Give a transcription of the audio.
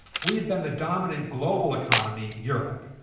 we have been the dominant global economy, europe,